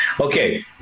Okay